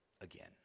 again